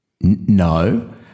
No